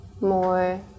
more